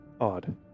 Odd